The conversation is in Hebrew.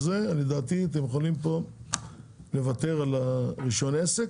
לדעתי אתם יכולים לוותר פה על רישיון עסק,